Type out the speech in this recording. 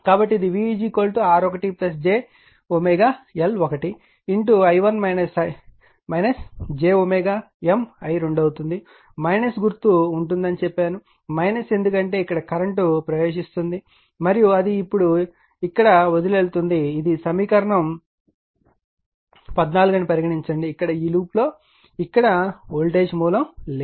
కాబట్టి ఇది V R1 j L1 i1 j M i2 అవుతుంది గుర్తు ఉంటుందని చెప్పాను ఎందుకంటే ఇక్కడ కరెంట్ ప్రవేశిస్తోంది మరియు అది ఇప్పుడు ఇక్కడ వదిలివెళ్తుంది ఇది సమీకరణం 14 అని పరిగణించండి ఇక్కడ ఈ లూప్ లో ఇక్కడ వోల్టేజ్ మూలం లేదు